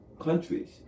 countries